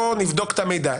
בוא נבדוק את המידע,